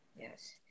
Yes